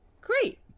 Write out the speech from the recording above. great